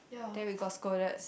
then we got scolded